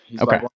Okay